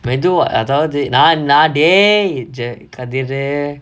மெதுவா அதாவது நா நா:methuvaa athaavathu naa naa dey je~ kathir uh